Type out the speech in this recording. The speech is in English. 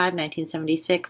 1976